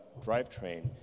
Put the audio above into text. drivetrain